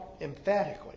emphatically